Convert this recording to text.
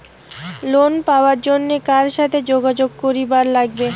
Loan পাবার জন্যে কার সাথে যোগাযোগ করিবার লাগবে?